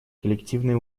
коллективные